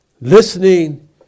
listening